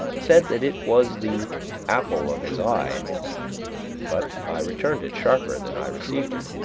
said that it was the apple of his eye but i returned it sharper than i received it.